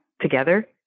together